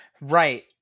Right